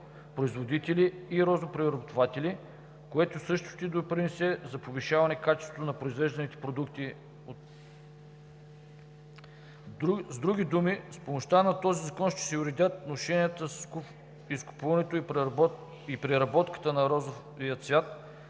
производители и розопреработватели, което също ще допринесе за повишаване качеството на произвежданите продукти. С други думи, с помощта на този закон ще се уредят отношенията с изкупуването и преработването на розовия цвят,